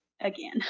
again